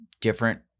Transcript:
different